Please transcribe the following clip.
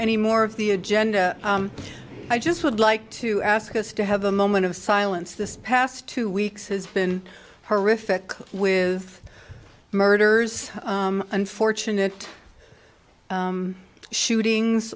any more of the agenda i just would like to ask us to have a moment of silence this past two weeks has been horrific with murders unfortunate shootings